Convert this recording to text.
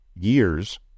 years